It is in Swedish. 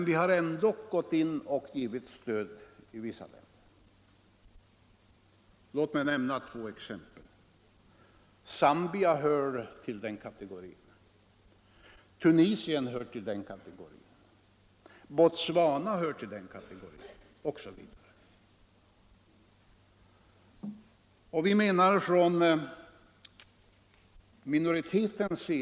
Låt mig nämna några exempel: Zambia, Tunisien, Botswana m.fl. hör till den kategorin.